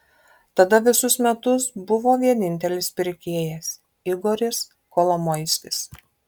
tada visus metus buvo vienintelis pirkėjas igoris kolomoiskis